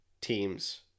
teams